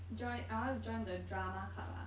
join I wanna join the drama club ah